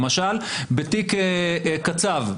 למשל בתיק קצב.